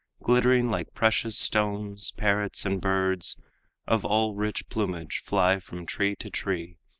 glittering like precious stones, parrots, and birds of all rich plumage, fly from tree to tree,